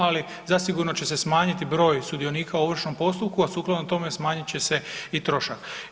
Ali zasigurno će se smanjiti broj sudionika u ovršnom postupku, a sukladno tome smanjit će se i trošak.